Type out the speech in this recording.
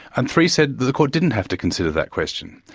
and three said that the court didn't have to consider that question.